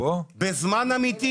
בזמן אמיתי